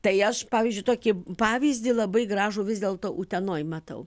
tai aš pavyzdžiui tokį pavyzdį labai gražų vis dėlto utenoj matau